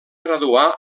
graduar